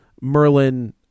Merlin